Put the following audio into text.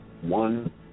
one